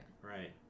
right